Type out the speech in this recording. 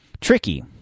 tricky